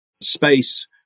space